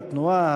התנועה,